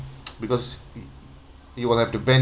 because you will have to bend